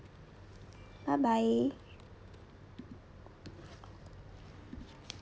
bye bye